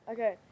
Okay